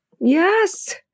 Yes